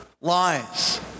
lies